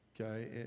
Okay